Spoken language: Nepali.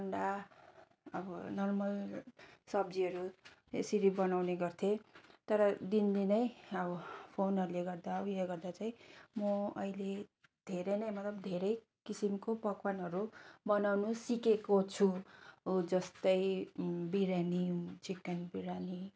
अन्डा अब नर्मल सब्जीहरू यसरी बनाउने गर्थेँ तर दिनदिनै अब फोनहरूले गर्दा उयो गर्दा चाहिँ म अहिले धेरै नै मतलब धेरै किसिमको पकवानहरू बनाउनु सिकेको छु उ जस्तै बिरयानी चिकन बिरयानी